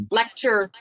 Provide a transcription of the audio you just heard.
lecture